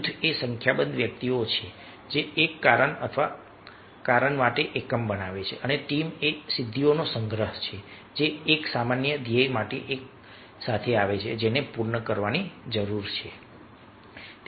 જૂથ એ સંખ્યાબંધ વ્યક્તિઓ છે જે એક કારણ અથવા કારણ માટે એકમ બનાવે છે અને ટીમ એ સિદ્ધિઓનો સંગ્રહ છે જે એક સામાન્ય ધ્યેય માટે એક સાથે આવે છે જેને પૂર્ણ કરવાની જરૂર છે